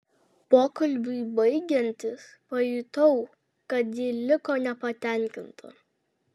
pokalbiui baigiantis pajutau kad ji liko nepatenkinta